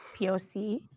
POC